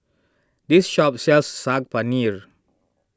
this shop sells Saag Paneer